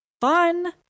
fun